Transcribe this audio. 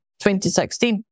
2016